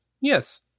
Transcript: Yes